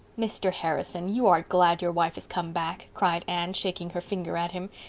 mr. harrison, you are glad your wife is come back, cried anne, shaking her finger at him.